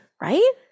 right